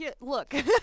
Look